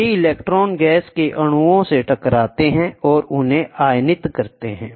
ये electron gas के अणुओं से टकराते हैं और उन्हें आयनित करते हैं